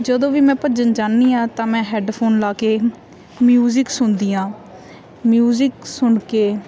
ਜਦੋਂ ਵੀ ਮੈਂ ਭੱਜਣ ਜਾਂਦੀ ਹਾਂ ਤਾਂ ਮੈਂ ਹੈਡਫੋਨ ਲਾ ਕੇ ਮਿਊਜ਼ਿਕ ਸੁਣਦੀ ਹਾਂ ਮਿਊਜ਼ਿਕ ਸੁਣ ਕੇ